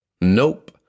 Nope